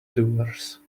doers